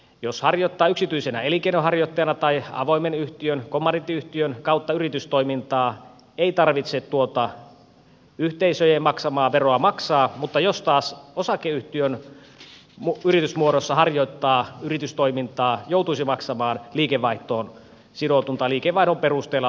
jos harjoittaa yksityisenä elinkeinonharjoittajana tai avoimen yhtiön kommandiittiyhtiön kautta yritystoimintaa ei tarvitse tuota yhteisöjen maksamaa veroa maksaa mutta jos taas osakeyhtiön yritysmuodossa harjoittaa yritystoimintaa joutuisi maksamaan liikevaihtoon sidotun tai liikevaihdon perusteella laskettavan yleisradioveron